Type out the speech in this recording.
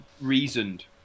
reasoned